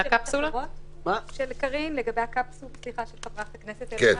--- של חברת הכנסת אלהרר,